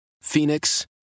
Phoenix